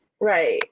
right